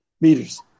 meters